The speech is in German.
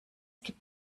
gibt